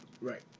Right